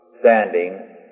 standing